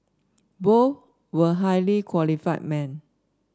both were highly qualified men